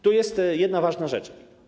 Tu jest jedna ważna rzecz.